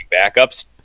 backups